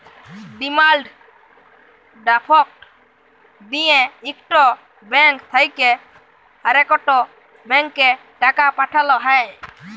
demand draft দিঁয়ে ইকট bank থ্যাইকে আরেকট ব্যাংকে টাকা পাঠাল হ্যয়